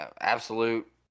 absolute